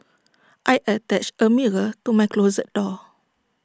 I attached A mirror to my closet door